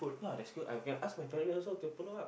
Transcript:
ya that's good I can ask practical also to follow up